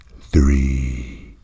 three